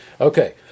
Okay